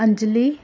Anjali